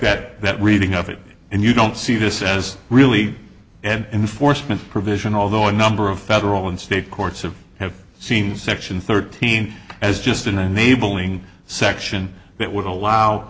that that reading of it and you don't see this as really an enforcement provision although a number of federal and state courts have seem section thirteen as just an enabling section that would allow